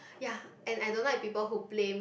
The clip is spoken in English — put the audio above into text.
ya and I don't like people who blame